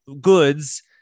goods